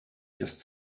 just